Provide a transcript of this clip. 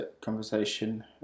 conversation